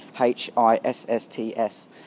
H-I-S-S-T-S